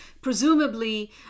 presumably